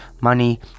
money